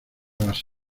las